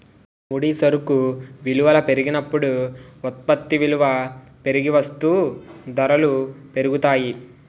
ముడి సరుకు విలువల పెరిగినప్పుడు ఉత్పత్తి విలువ పెరిగి వస్తూ ధరలు పెరుగుతాయి